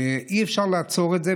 אי-אפשר לעצור את זה,